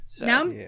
Now